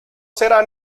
será